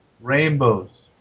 Rainbows